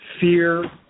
fear